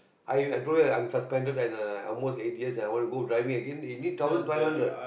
I I told you I'm suspended and uh almost eight years and I wanna go driving again it need thousand five hundred